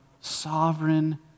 sovereign